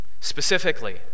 Specifically